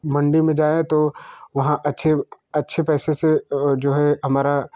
मंडी में जाए तो वहाँ अच्छे अच्छे पैसे से जो है हमारा